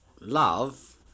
love